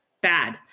bad